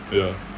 ya